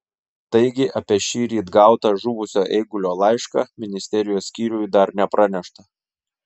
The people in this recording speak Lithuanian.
taigi apie šįryt gautą žuvusio eigulio laišką ministerijos skyriui dar nepranešta